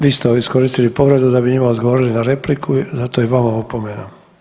Vi ste ovo iskoristili povredu da bi njima odgovorili na repliku, zato i vama opomena.